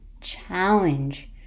challenge